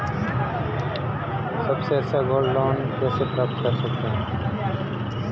सबसे सस्ता gold loan कैसे प्राप्त कर सकते हैं?